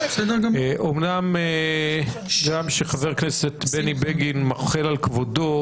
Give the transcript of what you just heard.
הגם שחבר הכנסת בני בגין מוחל על כבודו,